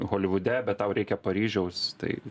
holivude bet tau reikia paryžiaus tai